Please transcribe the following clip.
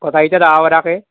গোটেইকইটা যাব পাৰাকৈ